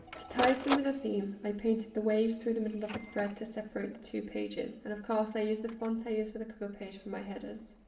to tie it in with the theme, i painted the waves through the middle of the spread to separate the two pages. and of course, i used the font i used for the cover page for my headers.